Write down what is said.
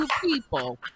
people